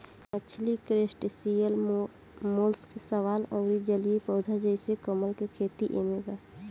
मछली crustaceans mollusc शैवाल अउर जलीय पौधा जइसे कमल के खेती एमे बा